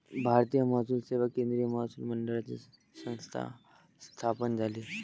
भारतीय महसूल सेवा केंद्रीय महसूल मंडळाची संस्था स्थापन झाली